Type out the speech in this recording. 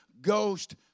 Ghost